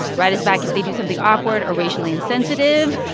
write us back if they do something awkward or racially insensitive.